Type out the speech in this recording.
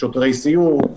שוטרי סיור.